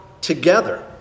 together